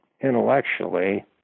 intellectually